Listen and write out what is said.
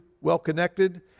well-connected